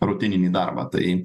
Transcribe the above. rutininį darbą tai